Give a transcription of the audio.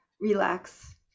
relax